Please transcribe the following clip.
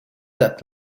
that